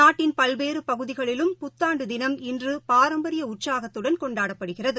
நாட்டின் பல்வேறபகுதிகளிலும் புத்தாண்டுதினம் இன்றுபாரம்பரியஉற்சாகத்துடன் கொண்டாடப்படுகிறது